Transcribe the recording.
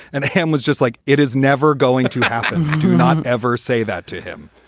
and aham was just like, it is never going to happen. do not ever say that to him.